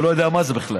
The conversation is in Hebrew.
הוא לא יודע מה זה בכלל,